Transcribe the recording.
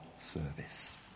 service